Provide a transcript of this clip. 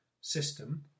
system